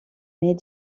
met